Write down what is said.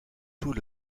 tout